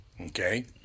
Okay